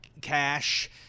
cash